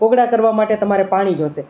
કોગળા કરવા માટે તમારે પાણી જોઈશે